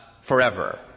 forever